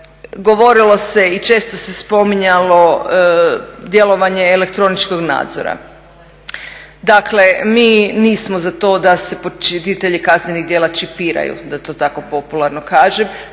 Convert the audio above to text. Govorilo se i često se spominjalo djelovanje elektroničkog nadzora. Dakle, mi nismo za to da se počinitelji kaznenih djela čipiraju, da to tako popularno kažem.